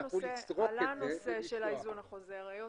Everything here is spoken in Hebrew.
עלה הנושא של האיזון החוזר אבל היות